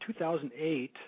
2008